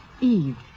eve